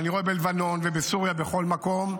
ואני רואה בלבנון ובסוריה ובכל מקום,